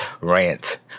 rant